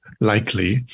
likely